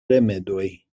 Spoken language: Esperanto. rimedoj